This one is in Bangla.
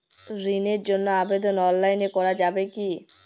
ঋণের জন্য আবেদন অনলাইনে করা যাবে কি?